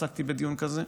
עסקתי בדיון כזה,